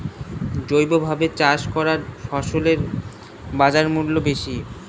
জৈবভাবে চাষ করা ফসলের বাজারমূল্য বেশি